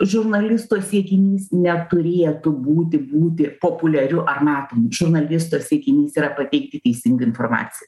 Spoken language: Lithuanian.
žurnalisto siekinys neturėtų būti būti populiariu ar matomu žurnalisto siekinys yra pateikti teisingą informaciją